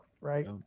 right